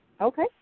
Okay